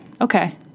Okay